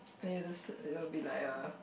and you'll to s~ you'll be like a